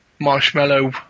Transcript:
marshmallow